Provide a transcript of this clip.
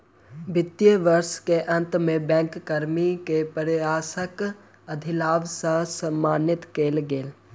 वित्तीय वर्ष के अंत में बैंक कर्मी के प्रयासक अधिलाभ सॅ सम्मानित कएल गेल